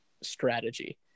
strategy